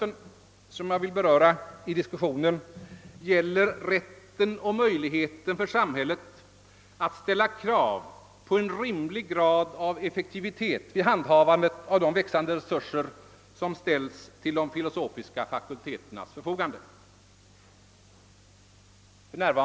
Det andra som jag vill beröra gäller rätten och möjligheten för samhället att ställa krav på en rimlig grad av effektivitet vid handhavandet av de växande resurser som ställs till de filosofiska fakulteternas förfogande.